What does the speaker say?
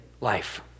life